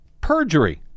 perjury